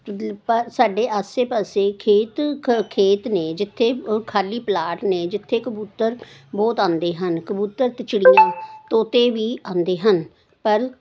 ਪਰ ਸਾਡੇ ਆਸੇ ਪਾਸੇ ਖੇਤ ਖੇਤ ਨੇ ਜਿੱਥੇ ਅ ਖਾਲੀ ਪਲਾਟ ਨੇ ਜਿੱਥੇ ਕਬੂਤਰ ਬਹੁਤ ਆਉਂਦੇ ਹਨ ਕਬੂਤਰ ਅਤੇ ਚਿੜੀਆਂ ਤੋਤੇ ਵੀ ਆਉਂਦੇ ਹਨ ਪਰ